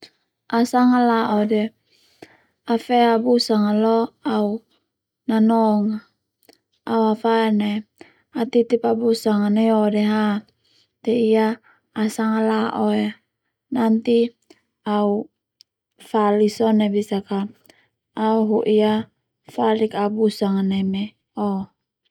Au sanga la'o de au fe au busanga lo au nanong a au afadan ae au titip au busanga nai o de ha te ia au Sanga la'o ia nanti au fali sone besak a au hoi afalik au busanga neme o.